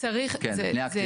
כן פניה אקטיבית.